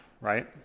right